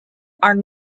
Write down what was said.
are